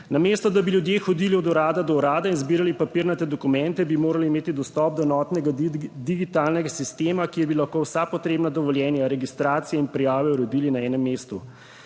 Namesto da bi ljudje hodili od urada do urada in zbirali papirnate dokumente, bi morali imeti dostop do enotnega digitalnega sistema, kjer bi lahko vsa potrebna dovoljenja, registracije in prijave uredili na enem mestu.